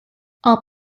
all